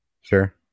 Sure